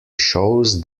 shows